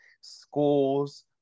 schools